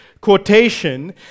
quotation